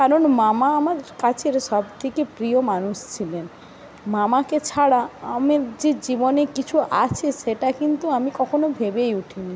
কারণ মামা আমার কাছের সবথেকে প্রিয় মানুষ ছিলেন মামাকে ছাড়া আমার যে জীবনে কিছু আছে সেটা কিন্তু আমি কখনো ভেবেই উঠিনি